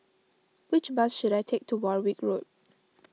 which bus should I take to Warwick Road